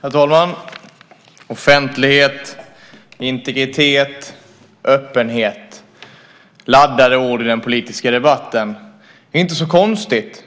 Herr talman! Offentlighet, integritet och öppenhet är laddade ord i den politiska debatten. Det är inte så konstigt